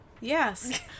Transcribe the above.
Yes